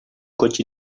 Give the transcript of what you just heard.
cotxe